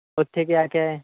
ਉੱਥੇ ਕਿਆ ਕਿਆ ਹੈ